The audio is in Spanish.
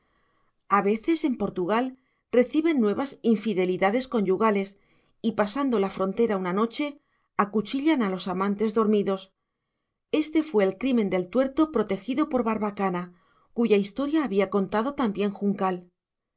a veces en portugal reciben nuevas de infidelidades conyugales y pasando la frontera una noche acuchillan a los amantes dormidos éste fue el crimen del tuerto protegido por barbacana cuya historia había contado también juncal